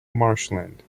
marshland